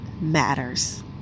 matters